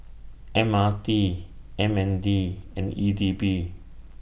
M R T M N D and E D B